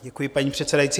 Děkuji, paní předsedající.